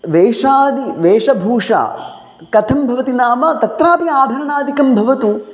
वेशादि वेशभूषा कथं भवति नाम तत्रापि आभरणादिकं भवतु